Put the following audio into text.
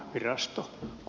virasto